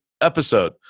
episode